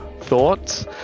thoughts